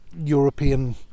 european